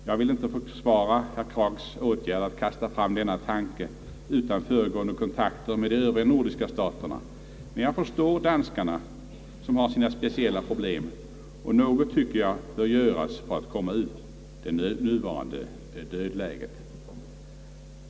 Jag vill inte försvara herr Krags åtgärd att kasta fram denna tanke utan föregående kontakter med de övriga nordiska staterna, men jag förstår danskarna, som har sina speciella problem, och något tycker jag bör göras för att man skall komma ur det nuvarande dödläget.